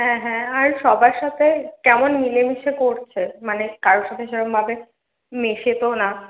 হ্যাঁ হ্যাঁ আর সবার সাথে কেমন মিলেমিশে করছে মানে কারোর সাথে সেরমভাবে মেশে তো না